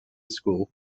school